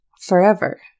forever